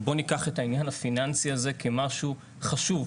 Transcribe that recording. ובוא ניקח את העניין הפיננסי הזה כמשהו חשוב,